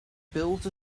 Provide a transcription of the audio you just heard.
built